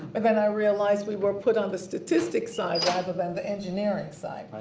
but then i realize we were put on the statistic side rather than the engineering side.